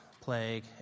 plague